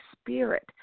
Spirit